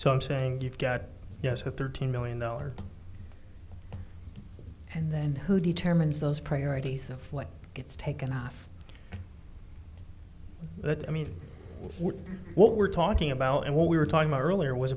so i'm saying you've got yes with thirteen million dollars and then who determines those priorities a flight gets taken off but i mean what we're talking about and what we were talking earlier was